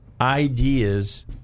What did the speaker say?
ideas